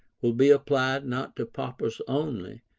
will be applied not to paupers only,